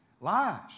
Lies